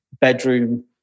bedroom